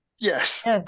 yes